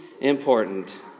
important